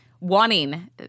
Wanting